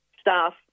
staff